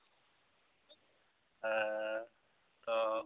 ᱦᱮᱻ ᱛᱚᱻ